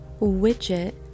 widget